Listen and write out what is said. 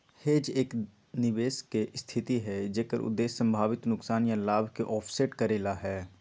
hedge एक निवेश के स्थिति हई जेकर उद्देश्य संभावित नुकसान या लाभ के ऑफसेट करे ला हई